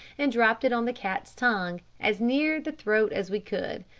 and dropped it on the cat's tongue, as near the throat as we could.